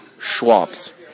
Schwab's